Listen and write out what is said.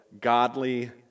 godly